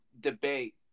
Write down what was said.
debate